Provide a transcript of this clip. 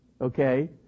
okay